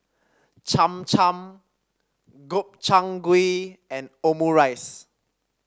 Cham Cham Gobchang Gui and Omurice